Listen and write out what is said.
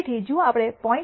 તેથી જો આપણે 0